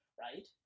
right